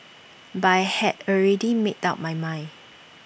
but I had already made up my mind